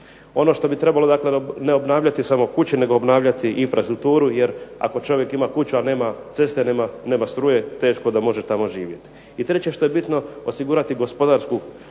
Ono što bi trebalo, dakle ne obnavljati samo kuće nego obnavljati i infrastrukturu jer ako čovjek ima kuću, a nema ceste, nema struje teško da može tamo živjeti. I treće što je bitno, osigurati gospodarsku